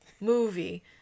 movie